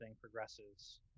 progresses